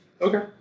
Okay